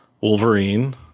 Wolverine